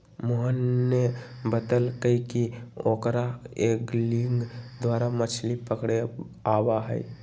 मोहन ने बतल कई कि ओकरा एंगलिंग द्वारा मछ्ली पकड़े आवा हई